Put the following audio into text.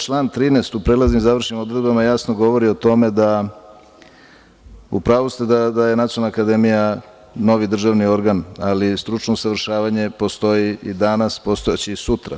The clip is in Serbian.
Član 13. u prelaznim i završnim odredbama jasno govori o tome da, u pravu ste da je Nacionalna akademija novi državni organ, ali stručno usavršavanje postoji i danas, postojaće i sutra.